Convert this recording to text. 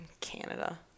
Canada